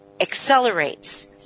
accelerates